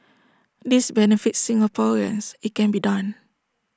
this benefits Singaporeans IT can be done